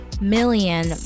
million